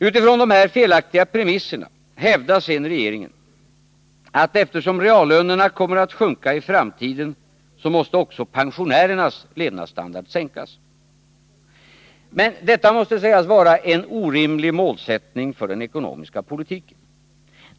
Utifrån dessa felaktiga premisser hävdar sedan regeringen, att eftersom reallönerna kommer att sjunka i framtiden, måste också pensionärernas levnadsstandard sänkas. Men detta måste sägas vara en orimlig målsättning för den ekonomiska politiken.